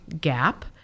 gap